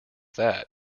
that